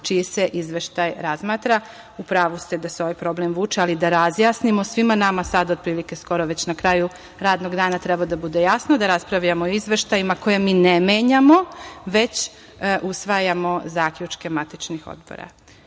čiji se izveštaj razmatra.U pravu ste da se ovaj problem vuče, ali da razjasnimo. Svima nama skoro već na kraju radnog dana treba da bude jasno da raspravljamo o izveštajima koje mi ne menjamo, već usvajamo zaključke matičnih odbora. Da